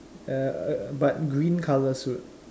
err but green color suit